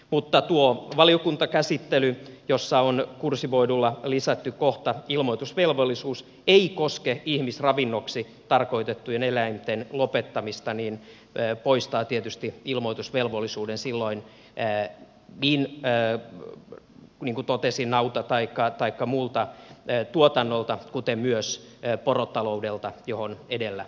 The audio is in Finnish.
mutta tuo valiokuntakäsittely jossa on kursivoidulla lisätty kohta ilmoitusvelvollisuus ei koske ihmisravinnoksi tarkoitettujen eläinten lopettamista poistaa tietysti ilmoitusvelvollisuuden silloin niin kuin totesin nauta taikka muulta tuotannolta kuten myös porotaloudelta johon edellä viitattiin